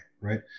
right